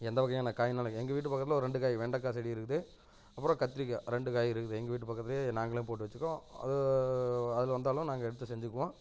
எந்த வகையான காய்னாலும் எங்கள் வீட்டு பக்கத்தில் ஒரு ரெண்டு காய் வெண்டைக்கா செடி இருக்குது அப்புறம் கத்திரிக்காய் ரெண்டு காய் இருக்குது எங்கள் வீட்டு பக்கத்துலேயே நாங்களே போட்டு வைச்சுருக்கோம் அது அதில் வந்தாலும் நாங்கள் எடுத்து செஞ்சுக்குவோம்